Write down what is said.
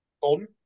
Golden